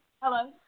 Hello